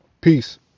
Peace